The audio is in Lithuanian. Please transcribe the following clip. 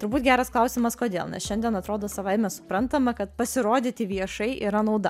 turbūt geras klausimas kodėl nes šiandien atrodo savaime suprantama kad pasirodyti viešai yra nauda